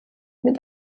mit